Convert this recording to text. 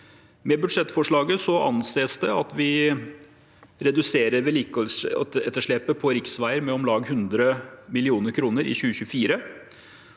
Med budsjettforslaget anses det at vi reduserer vedlikeholdsetterslepet på riksveier med om lag 100 mill. kr i 2024.